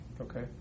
Okay